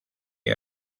dna